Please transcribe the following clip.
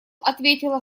ответила